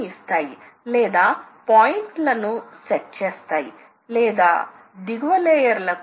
కొంత కోణము వరకు చొచ్చుకు పోవడంతో అంతవరకు ఉన్న లోహం రెండు వైపులా తొలగించబడుతుంది